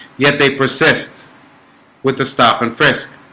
yet, they persist with the stop and frisk